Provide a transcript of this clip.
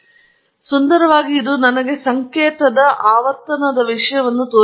ಮತ್ತು ಸುಂದರವಾಗಿ ಇದು ನನಗೆ ಸಂಕೇತದ ಆವರ್ತನದ ವಿಷಯವನ್ನು ತೋರಿಸುತ್ತದೆ